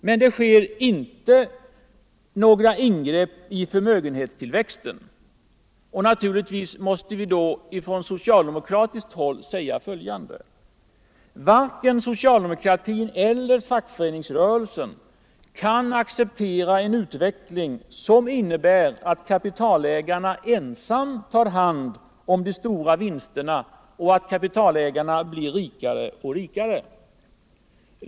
Men det sker inte några ingrepp i förmögenhetstillväxten, och naturligtvis måste vi då från socialdemokratiskt håll säga följande: Varken socialdemokratin eller fackföreningsrörelsen kan acceptera en utveckling, som innebär att kapitalägarna ensamma tar hand om de stora vinsterna och att kapitalägarna blir rikare och rikare.